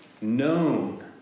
known